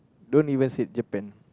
don't even said Japan